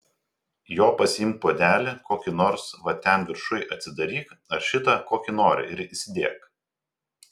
jo pasiimk puodelį kokį nors va ten viršuj atsidaryk ar šitą kokį nori ir įsidėk